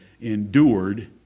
endured